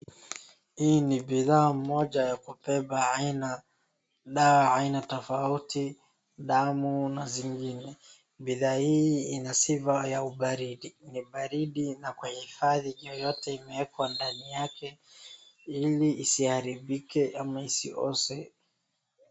Hii ni bidhaa Moja ya kubeba dawa haina tofauti, damu na zingine. Bidhaa hii Ina sifa ya ubaridi. Ni baridi inayoifadhi yoyote imewekwa ndani yake ili isiharibike ama isioze.